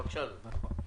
בבקשה, אדוני.